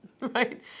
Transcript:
right